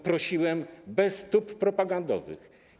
Prosiłem bez tub propagandowych.